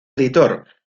editor